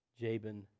Jabin